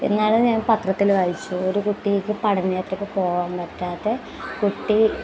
ഇന്നാൾ ഞാൻ പത്രത്തിൽ വായിച്ചു ഒരു കുട്ടിക്ക് പഠനയാത്രയ്ക്ക് പോവാൻ പറ്റാത്ത കുട്ടി